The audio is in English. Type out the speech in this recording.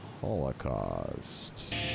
Holocaust